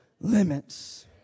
limits